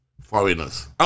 foreigners